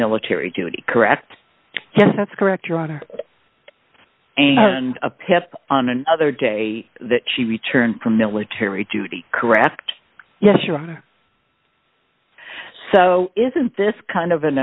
military duty correct yes that's correct your honor and a pep on another day that she returned from military duty correct yes sure so isn't this kind of an